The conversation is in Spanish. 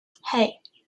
hey